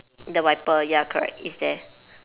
the wiper ya correct it's there